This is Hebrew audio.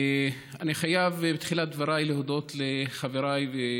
אני חייב בתחילת דבריי להודות לחברותיי